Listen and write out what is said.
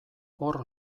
hor